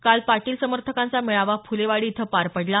काल पाटील समर्थकांचा मेळावा फुलेवाडी इथं पार पडला